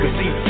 see